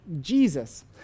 Jesus